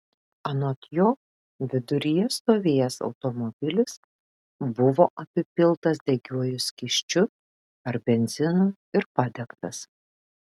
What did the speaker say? anot jo viduryje stovėjęs automobilis buvo apipiltas degiuoju skysčiu ar benzinu ir padegtas